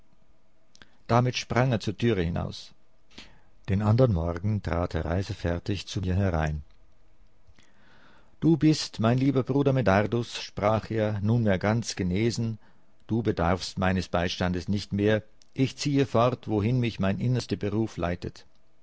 damit sprang er zur türe hinaus den ändern morgen trat er reisefertig zu mir herein du bist mein lieber bruder medardus sprach er nunmehr ganz genesen du bedarfst meines beistandes nicht mehr ich ziehe fort wohin mich mein innerster beruf leitet